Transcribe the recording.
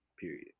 period